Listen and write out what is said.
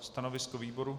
Stanovisko výboru?